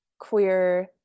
queer